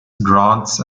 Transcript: grants